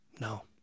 No